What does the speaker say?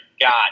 got